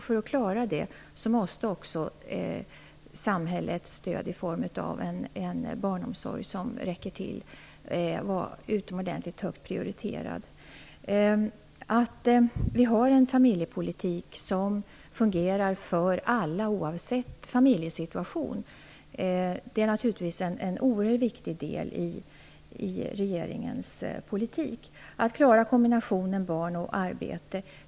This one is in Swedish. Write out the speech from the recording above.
För att de skall klara detta måste också samhällets stöd i form av en barnomsorg som räcker till vara utomordentligt högt prioriterad. Att vi har en familjepolitik som fungerar för alla, oavsett familjesituation, är en mycket viktig del i regeringens politik.